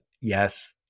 yes